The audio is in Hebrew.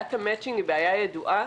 בעיית המצ'ינג היא בעיה ידועה,